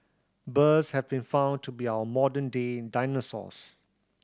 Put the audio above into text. birds have been found to be our modern day dinosaurs